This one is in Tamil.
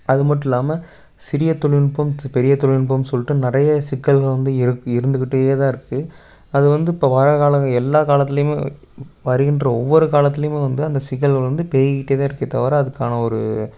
அது மட்டும் இல்லாமல் சிறிய தொழில்நுட்பம் பெரிய தொழில்நுட்பம்னு சொல்லிட்டு நிறையா சிக்கல்களை வந்து இருக்குது இருந்துகிட்டே தான் இருக்குது அது வந்து இப்போ வர்ற காலங்களில் எல்லா காலத்துலேயுமே வருகின்ற ஒவ்வொரு காலத்துலேயுமே வந்து அந்த சிக்கல்கள் வந்து பெருகிகிட்டு தான் இருக்கே தவிற அதுக்கான ஒரு